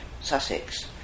Sussex